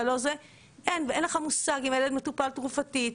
אין לך מושג אם הילד מטופל תרופתית,